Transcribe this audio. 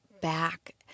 back